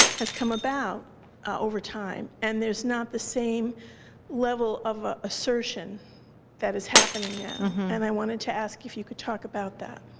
has come about over time. and there's not the same level of a assertion that is happening now. and i wanted to ask if you could talk about that.